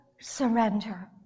surrender